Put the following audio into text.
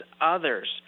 others